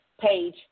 page